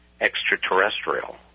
extraterrestrial